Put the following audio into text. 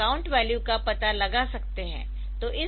हम count value का पता लगा सकते है